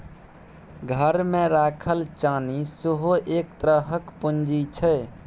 घरमे राखल चानी सेहो एक तरहक पूंजी छै